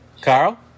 Carl